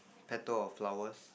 petal of flowers